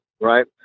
Right